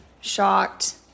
shocked